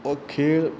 ओ खेळ